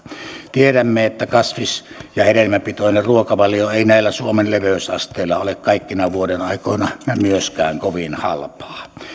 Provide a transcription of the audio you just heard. tiedämme että kasvis ja hedelmäpitoinen ruokavalio ei näillä suomen leveysasteilla ole kaikkina vuodenaikoina myöskään kovin halpaa